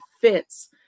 fits